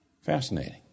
Fascinating